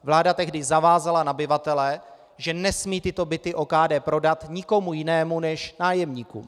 Vláda tehdy zavázala nabyvatele, že nesmí tyto byty OKD prodat nikomu jinému než nájemníkům.